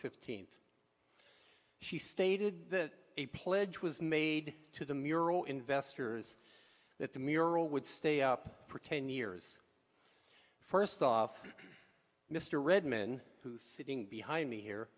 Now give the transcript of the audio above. fifteenth she stated that a pledge was made to the mural investors that the mural would stay up for ten years first off mr redmann who sitting behind me here